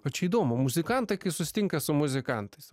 a čia įdomu muzikantai kai susitinka su muzikantais